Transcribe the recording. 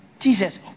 Jesus